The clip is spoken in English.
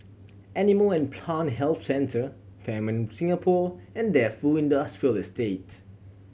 Animal and Plant Health Centre Fairmont Singapore and Defu Industrial Estate